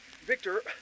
Victor